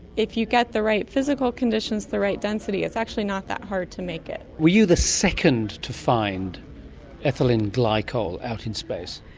if you get the right physical conditions, the right density, it's actually not that hard to make it. were you the second to find ethylene glycol out in space?